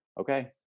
Okay